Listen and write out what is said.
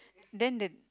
then the